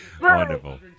Wonderful